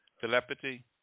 telepathy